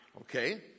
Okay